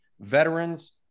veterans